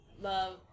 love